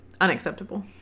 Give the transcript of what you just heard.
unacceptable